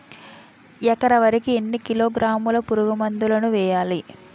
ఎకర వరి కి ఎన్ని కిలోగ్రాముల పురుగు మందులను వేయాలి?